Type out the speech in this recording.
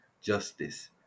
justice